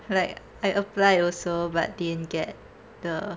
like I apply also but didn't get the